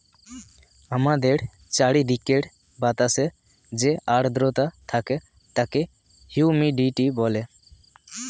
আমাদের চারিদিকের বাতাসে যে আর্দ্রতা থাকে তাকে হিউমিডিটি বলে